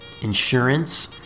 insurance